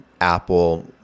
Apple